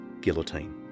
guillotine